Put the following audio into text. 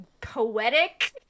poetic